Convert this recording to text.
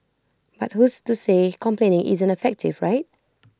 but who's to say complaining isn't effective right